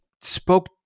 spoke